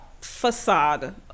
facade